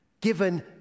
given